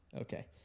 okay